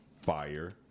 Fire